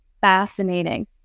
fascinating